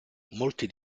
molti